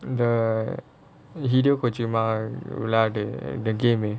the hideo kojima lula the game eh